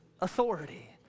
authority